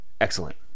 excellent